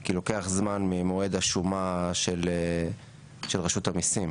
כי לוקח זמן ממועד השומה של רשות המיסים,